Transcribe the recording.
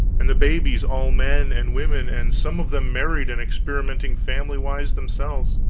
and the babies all men and women, and some of them married and experimenting familywise themselves